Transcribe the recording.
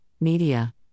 media